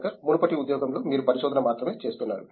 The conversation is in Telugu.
శంకరన్ మునుపటి ఉద్యోగంలో మీరు పరిశోధన మాత్రమే చేస్తున్నారు